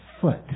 foot